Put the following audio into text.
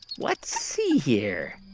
let's see here.